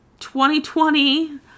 2020